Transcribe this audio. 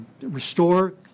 restore